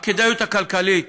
הכדאיות הכלכלית,